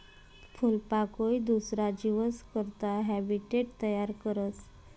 फूलपाकोई दुसरा जीवस करता हैबीटेट तयार करस